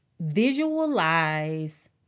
Visualize